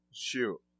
Shoot